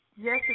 Yes